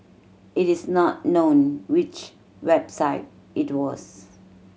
it is not known which website it was